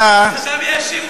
עלתה, עכשיו יאשימו אותי ברצח.